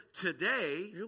today